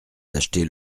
d’acheter